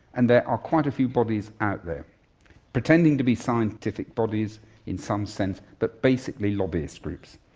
and there are quite a few bodies out there pretending to be scientific bodies in some sense but basically lobbyist groups.